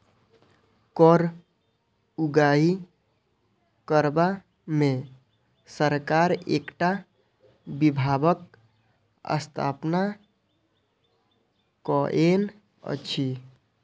कर उगाही करबा मे सरकार एकटा विभागक स्थापना कएने अछि